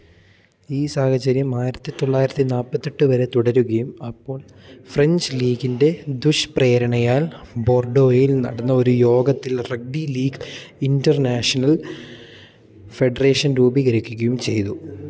ഈ സാഹചര്യം ആയിരത്തി തൊള്ളായിരത്തി നാൽപ്പത്തെട്ട് വരെ തുടരുകയും അപ്പോള് ഫ്രഞ്ച് ലീഗിൻറ്റെ ദുഷ്പ്രേരണയാൽ ബോർഡോയിൽ നടന്ന ഒരു യോഗത്തില് റഗ്ബീ ലീഗ് ഇൻറ്റർനാഷണൽ ഫെഡറേഷൻ രൂപീകരിക്ക്കയും ചെയ്തു